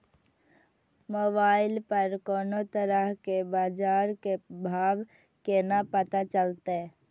Mobile पर कोनो तरह के बाजार के भाव केना पता चलते?